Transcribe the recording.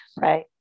right